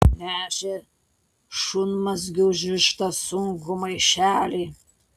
nešė šunmazgiu užrištą sunkų maišelį